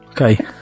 okay